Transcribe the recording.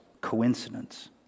coincidence